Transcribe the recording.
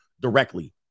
directly